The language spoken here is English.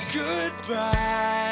goodbye